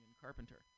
carpenter